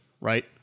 right